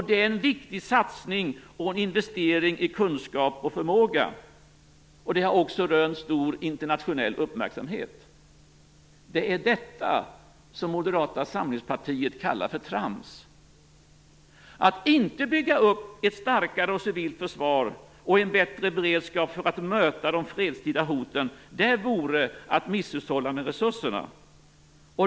Det är en viktig satsning och en investering i kunskap och förmåga. Det har också rönt stor internationell uppmärksamhet. Det är detta som Moderata samlingspartiet kallar för trams. Att inte bygga upp ett starkare civilt försvar och en bättre beredskap för att möta de fredstida hoten vore att misshushålla med resurserna.